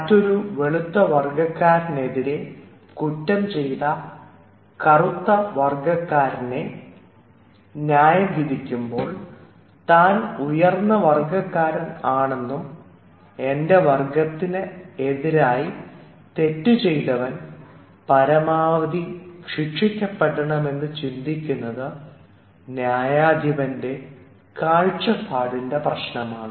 മറ്റൊരു വെളുത്ത വർഗ്ഗക്കാരനെതിരെ കുറ്റം ചെയ്ത കറുത്തവർഗക്കാരനെ ന്യായം വിധിക്കുമ്പോൾ താൻ ഉയർന്ന വർഗ്ഗക്കാരൻ ആണെന്നും എൻറെ വർഗത്തിന് എതിരെ തെറ്റ് ചെയ്തവൻ പരമാവധി ശിക്ഷിക്കപ്പെടണം എന്ന് ചിന്തിക്കുന്നത് ന്യായാധിപൻറെ കാഴ്ചപ്പാടിൻറെ പ്രശ്നമാണ്